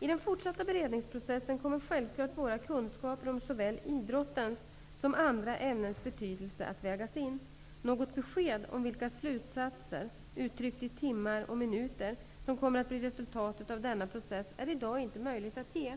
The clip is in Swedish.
I den fortsatta beredningsprocessen kommer självfallet våra kunskaper om såväl idrottens som andra ämnens betydelse att vägas in. Något besked om vilka slutsatser, uttryckt i timmar och minuter, som kommer att bli resultatet av denna process är i dag inte möjligt att ge.